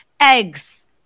eggs